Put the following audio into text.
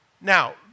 now